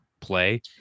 play